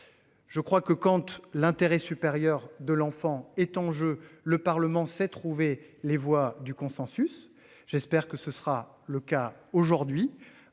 Je crois que compte l'intérêt supérieur de l'enfant est en jeu, le Parlement s'est trouver les voies du consensus. J'espère que ce sera le cas aujourd'hui.